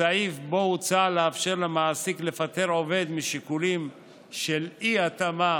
הסעיף שבו הוצע לאפשר למעסיק לפטר עובד משיקולים של אי-התאמה